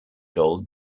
goal